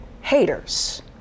Haters